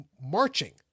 marching